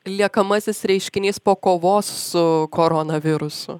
liekamasis reiškinys po kovos su koronavirusu